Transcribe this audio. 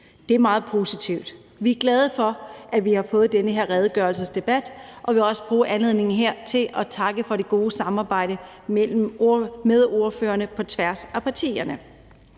Det er meget positivt. Vi er glade for, at vi har fået den her redegørelsesdebat, og jeg vil også bruge anledningen her til at takke for det gode samarbejde med ordførerne på tværs af partierne.